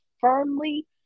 firmly